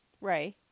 Ray